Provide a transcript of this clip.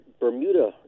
Bermuda